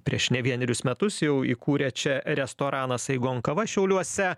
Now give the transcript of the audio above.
prieš ne vienerius metus jau įkūrė čia restoraną saigon kava šiauliuose